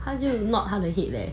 她就 nod 她的 head leh